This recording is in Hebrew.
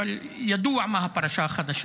אבל ידוע מה הפרשה החדשה.